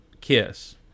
KISS